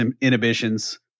inhibitions